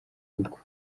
gukwa